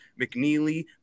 McNeely